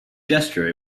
gesture